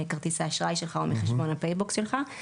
מכרטיסי האשראי או מחשבון הפייבוקס שלך.